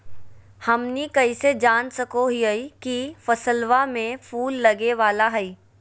हमनी कइसे जान सको हीयइ की फसलबा में फूल लगे वाला हइ?